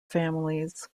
families